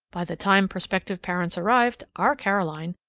by the time prospective parents arrived, our caroline,